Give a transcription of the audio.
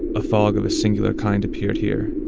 a fog of a singular kind appeared here,